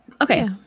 okay